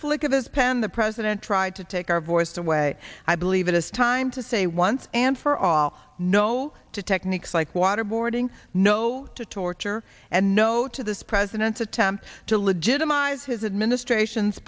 flick of his pen the president tried to take our voice away i believe it is time to say once and for all no to techniques like waterboarding no torture and no to this president's attempt to legitimize his administration